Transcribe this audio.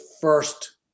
first